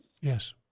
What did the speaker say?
Yes